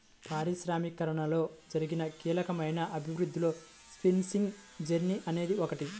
పారిశ్రామికీకరణలో జరిగిన కీలకమైన అభివృద్ధిలో స్పిన్నింగ్ జెన్నీ అనేది ఒకటి